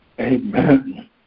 Amen